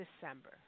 December